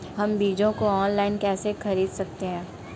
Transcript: हम बीजों को ऑनलाइन कैसे खरीद सकते हैं?